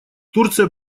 турция